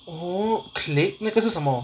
oh click 那个是什么